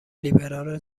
لیبرال